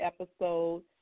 episode